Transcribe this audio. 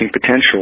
potential